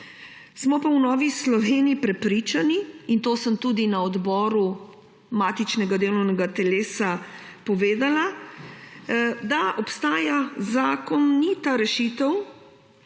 Smo pa v Novi Sloveniji prepričani, in to sem tudi na matičnem delovnem telesu povedala, da obstaja zakonita rešitev,